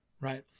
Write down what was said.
Right